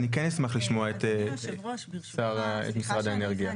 אני כן אשמח לשמוע את משרד האנרגיה.